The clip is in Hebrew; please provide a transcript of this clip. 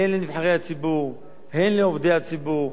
הן לנבחרי הציבור, הן לעובדי הציבור,